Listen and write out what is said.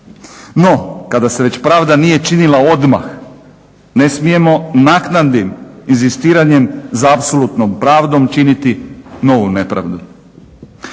No, kada se već pravda nije činila odmah ne smijemo naknadnim inzistiranjem za apsolutnom pravdom činiti novu nepravdu.